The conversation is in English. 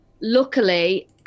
luckily